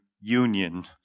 union